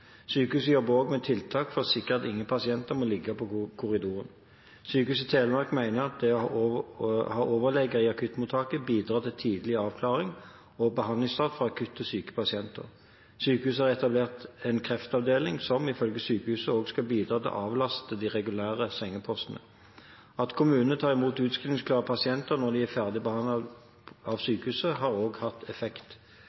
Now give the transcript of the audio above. Sykehuset jobber også med tiltak for å sikre at ingen pasienter må ligge på korridor. Sykehuset Telemark mener at det å ha overleger i akuttmottaket bidrar til tidlig avklaring og behandlingsstart for akutt syke pasienter. Sykehuset har etablert en kreftavdeling som, ifølge sykehuset, også bidrar til å avlaste de regulære sengepostene. At kommunene tar imot utskrivningsklare pasienter når de er ferdig behandlet av